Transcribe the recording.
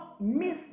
miss